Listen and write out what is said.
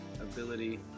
ability